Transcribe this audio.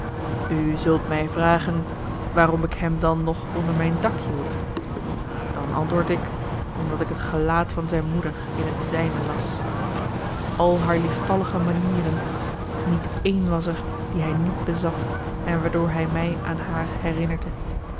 u zult mij vragen waarom ik hem dan nog onder mijn dak hield dan antwoord ik omdat ik het gelaat van zijn moeder in het zijne las al haar lieftallige manieren niet een was er die hij niet bezat en waardoor hij mij aan haar herinnerde